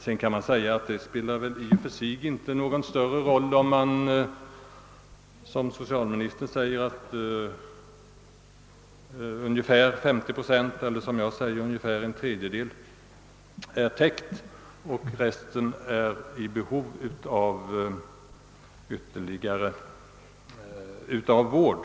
Sedan kan det naturligtvis sägas att det i och för sig inte spelar någon större roll, om man som socialministern säger att ungefär 50 procent av alla som behöver tandregleringsvård får sådan eller om man, som jag, säger att en tredjedel av vårdbehovet är täckt och att resten av personerna inom den aktuella gruppen är i behov av vård.